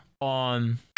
on